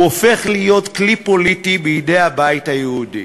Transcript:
הוא הופך להיות כלי פוליטי בידי הבית היהודי.